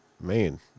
man